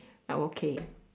I am okay